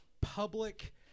public